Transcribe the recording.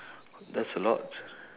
that's a lot